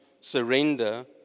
Surrender